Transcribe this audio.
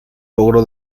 logró